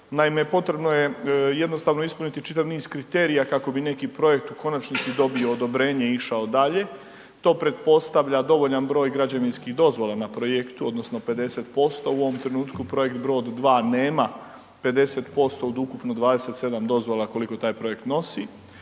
Naime, potrebno je jednostavno ispuniti čitav niz kriterija kako bi neki projekt u konačnici dobio odobrenje i išao dalje, to pretpostavlja dovoljan broj građevinskih dozvola na projektu odnosno 50%, u ovom trenutku projekt Brod 2 nema 50% od ukupno 27 dozvola koliko taj projekt nosi.